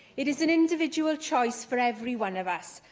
it is an individual choice for every one of us,